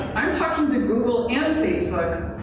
i'm talking to google and facebook.